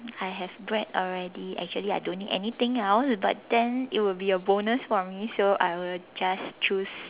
I have bread already actually I don't need anything else but then it would be a bonus for me so I will just choose